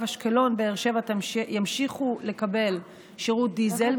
אשקלון באר שבע ימשיכו לקבל שירות דיזל,